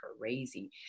crazy